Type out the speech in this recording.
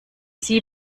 sie